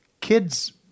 kids